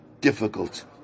difficult